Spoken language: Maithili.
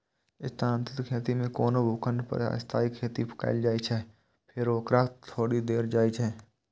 स्थानांतरित खेती मे कोनो भूखंड पर अस्थायी खेती कैल जाइ छै, फेर ओकरा छोड़ि देल जाइ छै